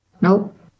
Nope